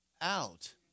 out